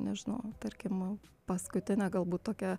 nežinau tarkim paskutinė galbūt tokia